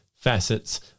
facets